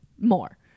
more